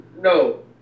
No